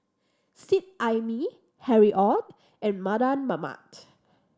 Seet Ai Mee Harry Ord and Mardan Mamat